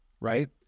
Right